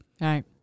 Right